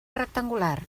rectangular